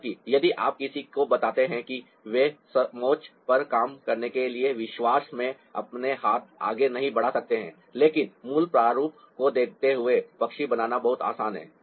जबकि यदि आप किसी को बताते हैं कि वे समोच्च पर काम करने के लिए विश्वास में अपना हाथ आगे नहीं बढ़ा सकते हैं लेकिन मूल प्रारूप को देखते हुए पक्षी बनाना बहुत आसान है